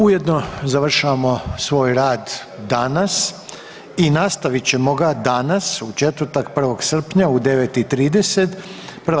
Ujedno završavamo svoj rad danas i nastavit ćemo ga danas u četvrtak 1. srpnja u 9 i 30.